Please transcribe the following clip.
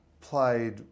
played